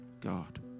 God